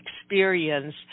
experience